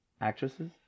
actresses